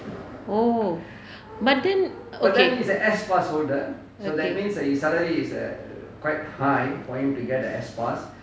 oh but then okay